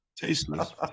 Tasteless